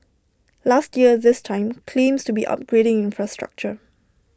last year this time claims to be upgrading infrastructure